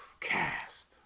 Cast